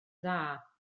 dda